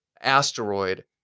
asteroid